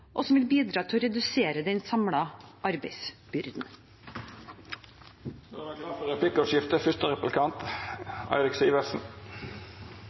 og som vil bidra til å redusere den samlede arbeidsbyrden. Det vert replikkordskifte. Jeg er